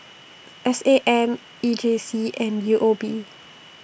S A M E J C and U O B